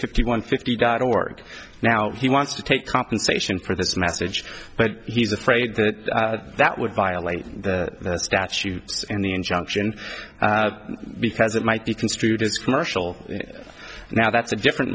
fifty one fifty dot org now he wants to take compensation for this message but he's afraid that that would violate the statutes and the injunction because it might be construed as commercial now that's a different